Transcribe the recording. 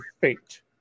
fate